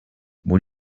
what